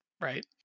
right